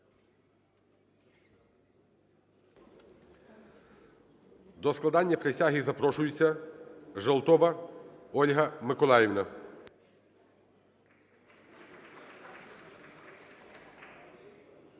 До складання присяги запрошується Желтова Ольга Миколаївна.